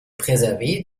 préserver